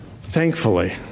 thankfully